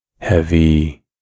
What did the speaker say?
heavy